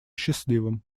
счастливым